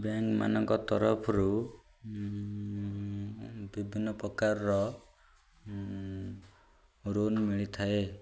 ବ୍ୟାଙ୍କମାନଙ୍କ ତରଫରୁ ବିଭିନ୍ନ ପ୍ରକାରର ଲୋନ୍ ମିଳିଥାଏ